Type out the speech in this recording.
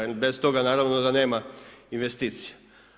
Jer bez toga naravno da nema investicija.